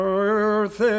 earth